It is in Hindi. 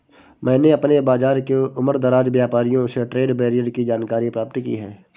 मैंने अपने बाज़ार के उमरदराज व्यापारियों से ट्रेड बैरियर की जानकारी प्राप्त की है